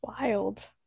Wild